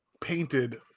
painted